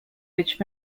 which